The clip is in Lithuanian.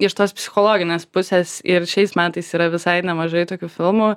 iš tos psichologinės pusės ir šiais metais yra visai nemažai tokių filmų